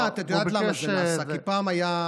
הוא ביקש, את יודעת למה זה נעשה, כי פעם הייתה,